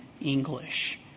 English